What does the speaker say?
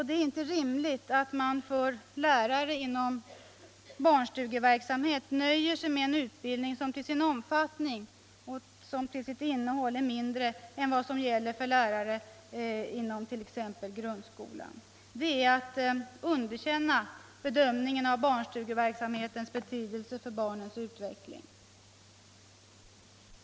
Det är inte rimligt att man för lärare inom barnstugeverksamheten nöjer sig med en utbildning som till omfattning och innehåll är mindre än vad som gäller för lärare inom t.ex. grundskolan. Det är att underkänna barnstugeverksamhetens betydelse för barnens utveckling.